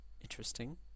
interesting